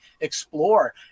explore